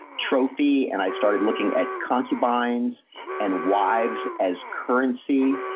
trophy. and i started looking at concubines and wives as currency,